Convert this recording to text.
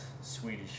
Swedish